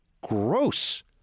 gross